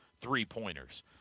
three-pointers